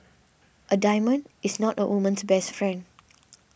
a diamond is not a woman's best friend